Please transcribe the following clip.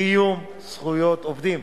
קיום זכויות עובדים.